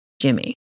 Jimmy